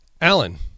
alan